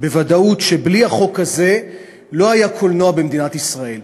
בוודאות שבלי החוק הזה לא היה קולנוע במדינת ישראל.